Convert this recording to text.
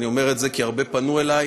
אני אומר את זה כי הרבה פנו אלי,